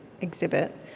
exhibit